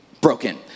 broken